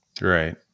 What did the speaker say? Right